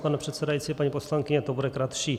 Pane předsedající, paní poslankyně, to bude kratší.